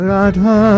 Radha